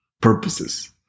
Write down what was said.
purposes